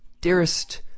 Dearest